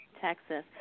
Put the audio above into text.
Texas